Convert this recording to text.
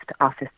Office